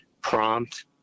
prompt